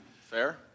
fair